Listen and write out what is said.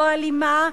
לא אלימה,